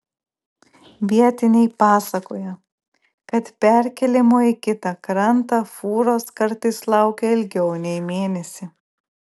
vietiniai pasakoja kad perkėlimo į kitą krantą fūros kartais laukia ilgiau nei mėnesį